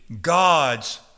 God's